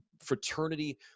fraternity